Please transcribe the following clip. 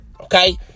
okay